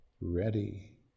Ready